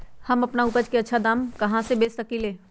हम अपन उपज अच्छा दाम पर कहाँ बेच सकीले ह?